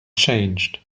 changed